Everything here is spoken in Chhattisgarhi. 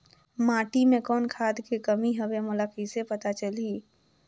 माटी मे कौन खाद के कमी हवे मोला कइसे पता चलही?